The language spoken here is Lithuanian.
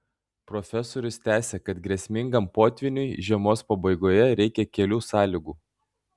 profesorius tęsia kad grėsmingam potvyniui žiemos pabaigoje reikia kelių sąlygų